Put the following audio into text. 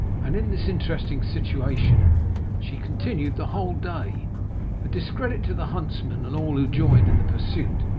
and in this interesting situation she continued the whole day a discredit to the huntsman, and all who joined in the pursuit,